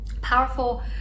Powerful